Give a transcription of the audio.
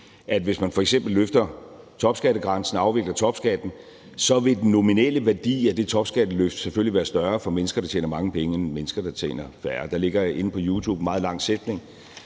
at hvis man f.eks. løfter topskattegrænsen og afvikler topskatten, vil den nominelle værdi af det topskatteløft selvfølgelig være større for mennesker, der tjener mange penge, end for mennesker, der tjener færre. Der ligger inde på YouTube en meget lang sætning